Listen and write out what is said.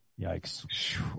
Yikes